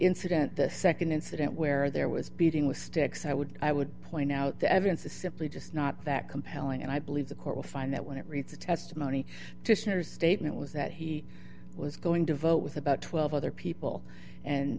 incident the nd incident where there was beating with sticks i would i would point out the evidence is simply just not that compelling and i believe the court will find that when it reads the testimony statement was that he was going to vote with about twelve other people and